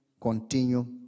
continue